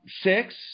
Six